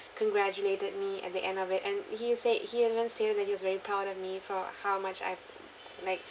congratulated me at the end of it and he said he had even tear that he was very proud of me for how much I've like